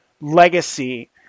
legacy